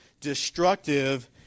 destructive